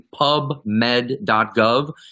pubmed.gov